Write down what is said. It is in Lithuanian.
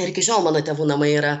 ir iki šiol mano tėvų namai yra